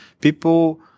people